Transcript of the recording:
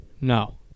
No